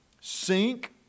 sink